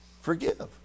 Forgive